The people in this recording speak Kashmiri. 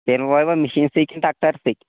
تیٚلہِ وٲے وا مِشیٖن سۭتۍ کِنہٕ ٹَکٹَر سۭتۍ